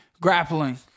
grappling